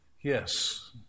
Yes